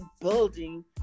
building